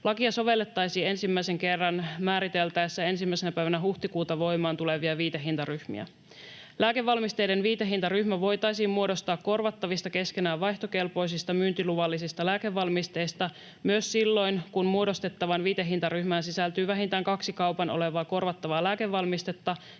Lakia sovellettaisiin ensimmäisen kerran määriteltäessä 1. huhtikuuta voimaantulevia viitehintaryhmiä. Lääkevalmisteiden viitehintaryhmä voitaisiin muodostaa korvattavista, keskenään vaihtokelpoisista, myyntiluvallisista lääkevalmisteista myös silloin, kun muodostettavaan viitehintaryhmään sisältyy vähintään kaksi kaupan olevaa korvattavaa lääkevalmistetta,